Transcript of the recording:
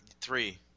three